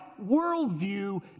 worldview